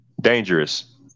Dangerous